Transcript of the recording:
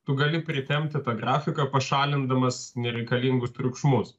tu gali pritempti tą grafiką pašalindamas nereikalingus triukšmus